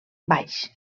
baix